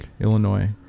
Illinois